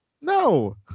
No